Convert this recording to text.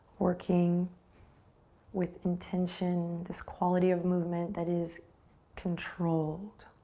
working with intention, this quality of movement that is controlled.